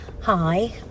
Hi